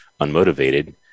unmotivated